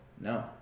No